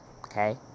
okay